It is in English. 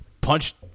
punched